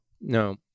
no